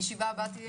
הישיבה ננעלה